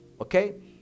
okay